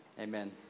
Amen